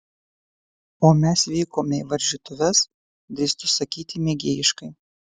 o mes vykome į varžytuves drįstu sakyti mėgėjiškai